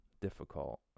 difficult